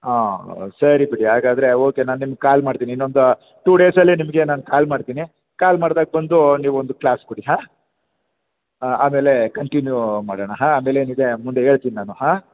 ಆಂ ಸರಿ ಬಿಡಿ ಹಾಗಾದರೆ ಓಕೆ ನಾನು ನಿಮ್ಗೆ ಕಾಲ್ ಮಾಡ್ತೀನಿ ಇನ್ನೊಂದು ಟೂ ಡೇಸಲ್ಲಿ ನಿಮಗೆ ನಾನು ಕಾಲ್ ಮಾಡ್ತೀನಿ ಕಾಲ್ ಮಾಡ್ದಾಗ ಬಂದು ನೀವು ಒಂದು ಕ್ಲಾಸ್ ಕೊಡಿ ಹಾಂ ಆಮೇಲೆ ಕಂಟಿನ್ಯೂ ಮಾಡೋಣ ಹಾಂ ಆಮೇಲೆ ಏನಿದೆ ಮುಂದೆ ಹೇಳ್ತೀನಿ ನಾನು ಹಾಂ